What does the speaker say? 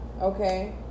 Okay